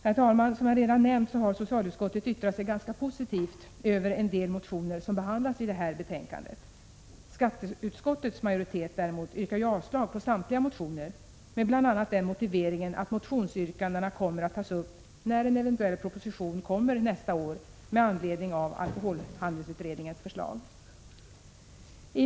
Herr talman! Som jag redan nämnt har socialutskottet yttrat sig ganska positivt om en del motioner som behandlas i det här betänkandet. Skatteutskottets majoritet däremot yrkar ju avslag på samtliga motioner med bl.a. den motiveringen att motionsyrkandena kommer att tas upp när en eventuell proposition kommer nästa år med anledning av alkoholhandelsutredningens förslag.